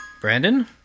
Brandon